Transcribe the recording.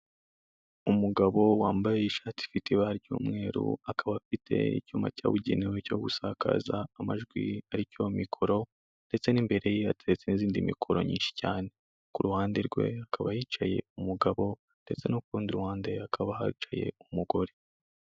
Umugabo wambaye ishati ifite ibara ry'umweru, akaba afite icyuma cyabugenewe cyo gusakaza amajwi, aricyo mikoro ndetse n'imbere ye yatetse n'izindi mikoro nyinshi cyane, ku ruhande rwe hakaba yicaye umugabo ndetse kurundi ruhande hakaba hicaye umugore.